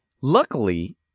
Luckily